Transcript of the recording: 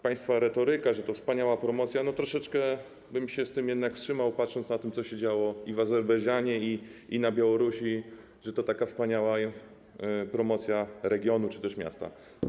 Państwa retoryka, że to wspaniała promocja - troszeczkę bym się z tym jednak wstrzymał, patrząc po tym, co się działo i w Azerbejdżanie, i na Białorusi, że to taka wspaniała promocja regionu czy też miasta.